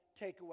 takeaway